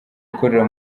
ikorera